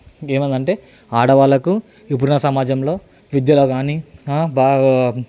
ఏమనంటే ఆడవాళ్లకు ఇప్పుడున్న సమాజంలో విద్యలో కాని బాగా